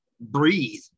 breathe